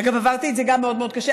אגב, עברתי גם את זה מאוד מאוד קשה.